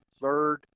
third